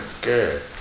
good